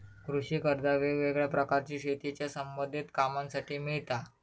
कृषि कर्जा वेगवेगळ्या प्रकारची शेतीच्या संबधित कामांसाठी मिळता